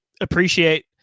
appreciate